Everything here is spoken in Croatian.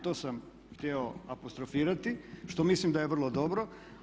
To sam htio apostrofirati što mislim da je vrlo dobro.